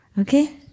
Okay